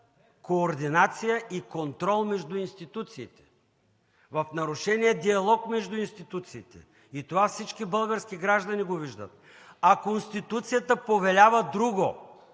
координация и контрол между институциите, в нарушения диалог между институции. Това всички български граждани го виждат. А Конституцията повелява друго